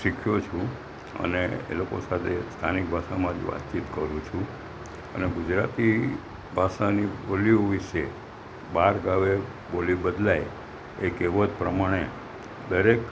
શીખ્યો છું અને એ લોકો સાથે સ્થાનિક ભાષામાં જ વાતચીત કરું છું અને ગુજરાતી ભાષાની બોલિયો વિષે બાર ગાંવે બોલી બદલાય એ કહેવત પ્રમાણે દરેક